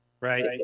right